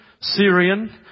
Syrian